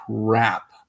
crap